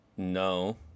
no